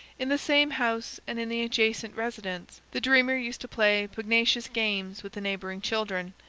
in the same house and in the adjacent residence the dreamer used to play pugnacious games with the neighboring children,